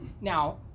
Now